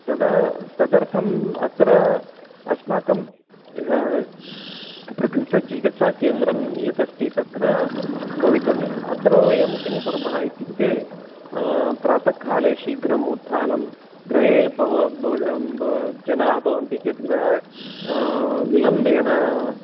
तत् तदर्थम् अत्र अस्माकं यत् प्रकृतचिकित्सा केन्द्रं यत् अस्ति तत्र भवितव्यम् अत्र वयं किं कुर्मः इत्युक्ते प्रातः काले शीघ्रम् उत्थानं गृहे जनाः भवन्ति चेत् गृहे विलम्बेन